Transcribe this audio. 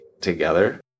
together